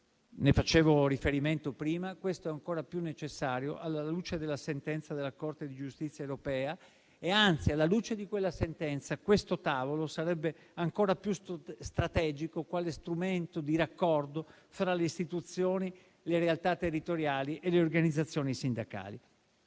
fatto riferimento prima. Questo è ancora è più necessario, alla luce della sentenza della Corte di giustizia europea. Anzi, alla luce di quella sentenza, questo tavolo sarebbe ancora più strategico quale strumento di raccordo tra le istituzioni, le realtà territoriali e le organizzazioni sindacali.